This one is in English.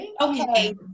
okay